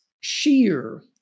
sheer